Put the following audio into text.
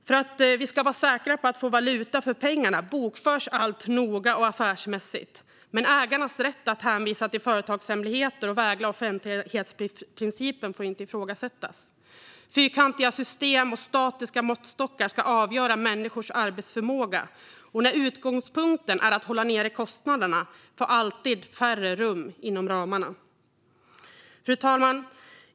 För att vi ska vara säkra på att få valuta för pengarna bokförs allt noga och affärsmässigt, men ägarnas rätt att hänvisa till företagshemligheter och vägra offentlighetsprincipen får inte ifrågasättas. Fyrkantiga system och statiska måttstockar ska avgöra människors arbetsförmåga, och när utgångspunkten är att hålla nere kostnaderna får färre rum inom ramarna. Fru talman!